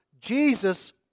Jesus